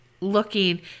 looking